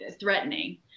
threatening